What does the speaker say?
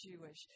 Jewish